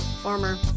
former